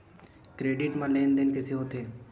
Credit मा लेन देन कइसे होथे?